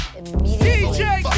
immediately